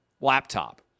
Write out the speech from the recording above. laptop